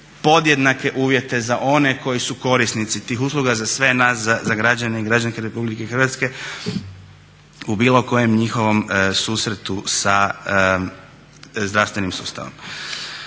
podjednake uvjete za one koji su korisnici tih usluga, za sve nas, za građane i građanke Republike Hrvatske u bilo kojem njihovom susretu sa zdravstvenim sustavom.